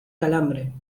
calambre